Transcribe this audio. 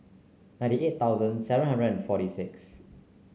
ninety eight thousand seven hundred and forty six